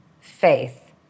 faith